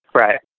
Right